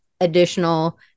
additional